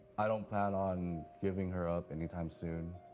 i don't plan on giving her up anytime soon.